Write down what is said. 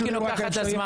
אלקין לוקח לך את הזמן.